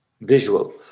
visual